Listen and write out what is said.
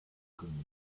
commune